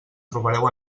trobareu